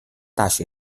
大学